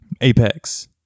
Apex